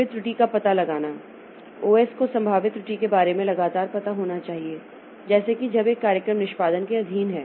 फिर त्रुटि का पता लगाना ओएस को संभावित त्रुटि के बारे में लगातार पता होना चाहिए जैसे कि जब एक कार्यक्रम निष्पादन के अधीन है